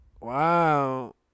wow